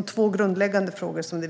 ut två grundläggande frågor.